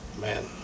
Man